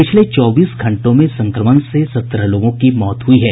पिछले चौबीस घंटों में संक्रमण से सत्रह लोगों की मौत हुई है